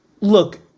look